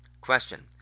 Question